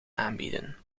aanbieden